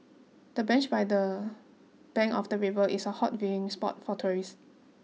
the bench by the bank of the river is a hot viewing spot for tourists